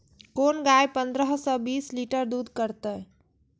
कोन गाय पंद्रह से बीस लीटर दूध करते?